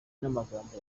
n’amagambo